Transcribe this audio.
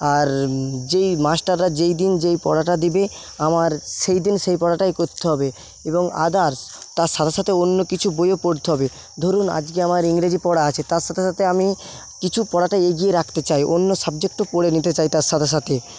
আর যেই মাষ্টাররা যেইদিন যেই পড়াটা দেবে আমার সেই দিন সেই পড়াটাই করতে হবে এবং আদার্স তার সাথে সাথে অন্য কিছু বইও পড়তে হবে ধরুন আজকে আমার ইংরেজি পড়া আছে তার সাথে সাথে আমি কিছু পড়াটা এগিয়ে রাখতে চাই অন্য সাবজেক্টও পড়ে নিতে চাই তার সাথে সাথে